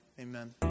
Amen